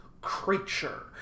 creature